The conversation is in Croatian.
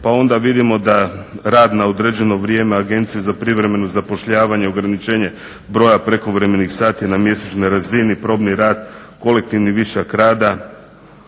Pa onda vidimo da rad na određeno vrijeme Agencije za privremeno zapošljavanje ograničenje broja prekovremenih sati na mjesečnoj razini, probni rad, kolektivni višak rada